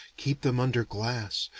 keep them under glass,